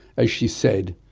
as she said,